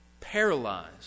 Paralyzed